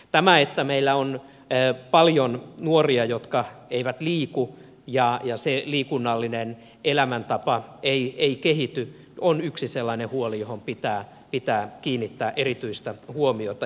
tämä että meillä on paljon nuoria jotka eivät liiku ja se liikunnallinen elämäntapa ei kehity on yksi sellainen huoli johon pitää kiinnittää erityistä huomiota